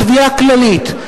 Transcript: לתביעה כללית.